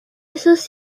esos